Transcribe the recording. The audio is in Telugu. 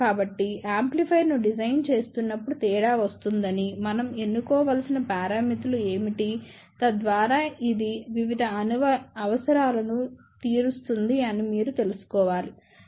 కాబట్టి యాంప్లిఫైయర్ ను డిజైన్ చేస్తున్నప్పుడు తేడా వస్తుందని మనం ఎన్నుకోవలసిన పారామితులు ఏమిటి తద్వారా ఇది వివిధ అవసరాలను తీరుస్తుంది అని మీరు తెలుసుకోవాలి